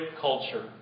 culture